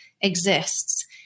exists